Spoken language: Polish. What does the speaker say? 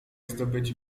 zdobyć